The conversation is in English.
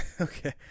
Okay